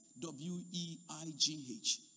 W-E-I-G-H